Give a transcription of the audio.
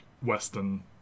Western